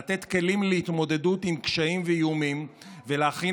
לתת כלים להתמודדות עם קשיים ואיומים ולהכין